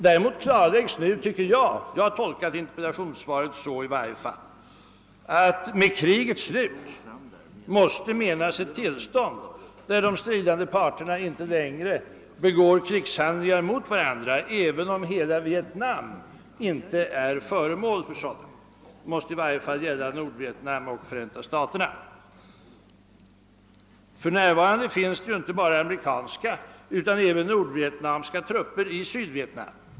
Däremot klarläggs nu — jag tolkar i varje fall interpellationssvaret på det sättet — att med uttrycket »krigets slut» måste menas ett tillstånd där de stridande parterna inte längre begår krigshandlingar mot varandra, även om hela Vietnam icke är föremål för sådana — det måste i varje fall gälla Nordvietnam och Förenta staterna. För närvarande finns det ju inte bara amerikanska utan även nordvietnamesiska trupper i Sydvietnam.